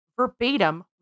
verbatim